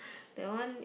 that one new